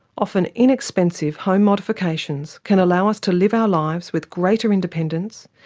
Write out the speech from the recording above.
often inexpensive home modifications can allow us to live our lives with greater independence,